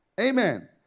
Amen